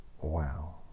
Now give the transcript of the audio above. Wow